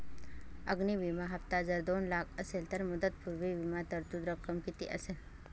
अग्नि विमा हफ्ता जर दोन लाख असेल तर मुदतपूर्व विमा तरतूद रक्कम किती असेल?